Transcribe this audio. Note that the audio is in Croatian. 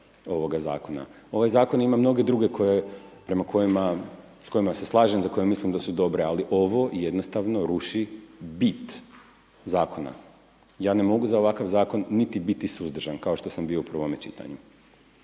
Ovaj zakon ima mnoge druge s kojima se slažem, za koje mislim da su dobre ali ovo jednostavno ruši bit zakona. Ja ne mogu za ovakav zakon niti biti suzdržan kao što sam bio u prvome čitanju